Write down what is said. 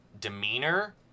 demeanor